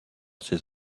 ses